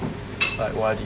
like O_R_D